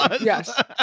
Yes